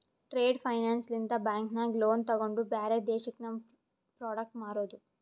trade finance ಲಿಂತ bank ನಾಗ್ loan ತೊಗೊಂಡು ಬ್ಯಾರೆ ದೇಶಕ್ಕ ನಮ್ ಪ್ರೋಡಕ್ಟ್ ಮಾರೋದು